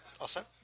Awesome